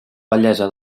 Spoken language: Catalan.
bellesa